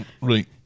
Right